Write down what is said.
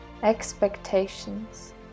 Expectations